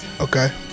Okay